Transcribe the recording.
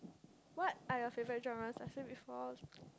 what are you favourite dramas I said before